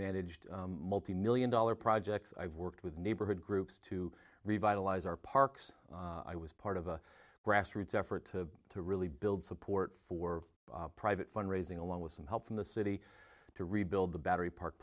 managed multi million dollar projects i've worked with neighborhood groups to revitalize our parks i was part of a grassroots effort to to really build support for private fundraising along with some help from the city to rebuild the battery park